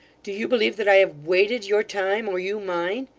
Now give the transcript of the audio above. do you believe that i have waited your time, or you mine?